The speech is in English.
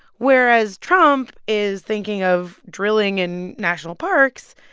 whereas trump is thinking of drilling in national parks,